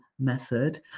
method